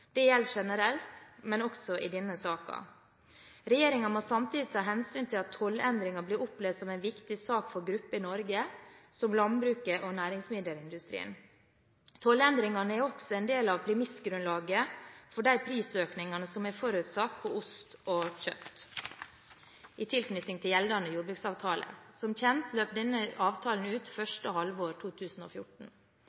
Det gjelder generelt, men også i denne saken. Regjeringen må samtidig ta hensyn til at tollendringen blir opplevd som en viktig sak for grupper i Norge – som landbruket og næringsmiddelindustrien. Tollendringene er også en del av premissgrunnlaget for de prisøkningene som er forutsatt på ost og kjøtt i tilknytning til gjeldende jordbruksavtale. Som kjent løper denne avtalen ut